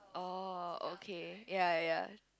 oh okay ya ya